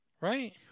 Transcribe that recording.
right